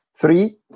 Three